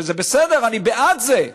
זה בסדר, אני בעד זה,